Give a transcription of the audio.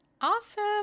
awesome